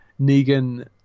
Negan